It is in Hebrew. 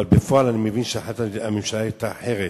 אבל בפועל אני מבין שהחלטת הממשלה היתה אחרת.